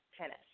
tennis